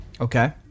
Okay